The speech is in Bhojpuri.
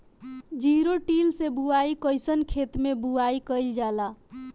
जिरो टिल से बुआई कयिसन खेते मै बुआई कयिल जाला?